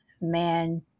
man